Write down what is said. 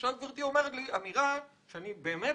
עכשיו גברתי אומרת לי אמירה - אני נעשה